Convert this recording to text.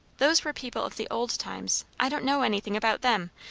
those were people of the old times i don't know anything about them.